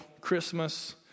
Christmas